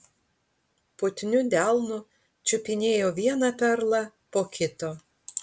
putniu delnu čiupinėjo vieną perlą po kito